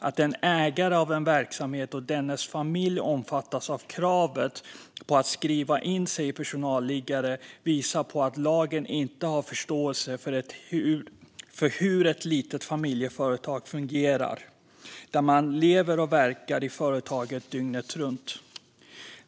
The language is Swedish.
Att en ägare av en verksamhet och dennes familj omfattas av kravet på att skriva in sig i personalliggare visar på att lagen inte har förståelse för hur ett litet familjeföretag fungerar, där man lever och verkar i företaget dygnet runt.